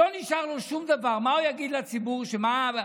לא נשאר לו שום דבר.